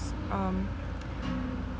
um